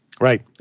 Right